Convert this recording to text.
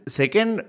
second